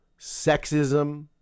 sexism